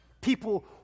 People